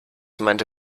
meinte